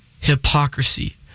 hypocrisy